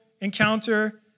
encounter